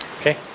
Okay